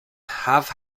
have